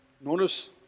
Notice